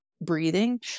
breathing